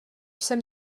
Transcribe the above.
jsem